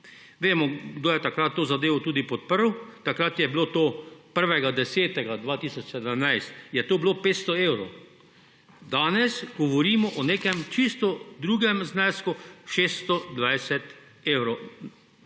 Vemo, kdo je takrat to zadevo tudi podprl. 1. 10. 2017 je to bilo 500 evrov. Danes govorimo o nekem čisto drugem znesku – 620 evrov